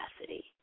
capacity